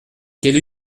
quelle